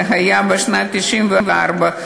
זה היה בשנת 1994,